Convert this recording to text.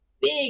big